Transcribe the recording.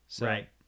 Right